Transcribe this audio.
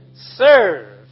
serve